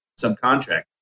subcontract